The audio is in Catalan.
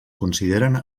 consideren